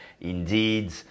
Indeed